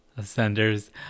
ascenders